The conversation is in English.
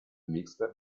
mixed